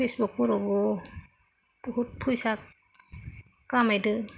फेसबुकफोरावबो बहुद फैसा खामायदों